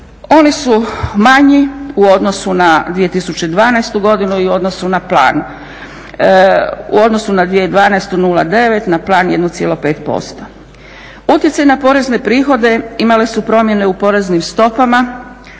Oni su manji u odnosu na 2012. godinu i u odnosu na plan. U odnosu na 2012. 0,9%, na plan 1,5%. Utjecaj na porezne prihode imale su promjene u poreznim stopama